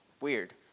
weird